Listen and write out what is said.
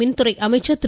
மின்துறை அமைச்சர் திரு